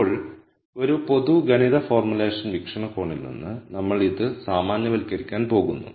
ഇപ്പോൾ ഒരു പൊതു ഗണിത ഫോർമുലേഷൻ വീക്ഷണകോണിൽ നിന്ന് നമ്മൾ ഇത് സാമാന്യവൽക്കരിക്കാൻ പോകുന്നു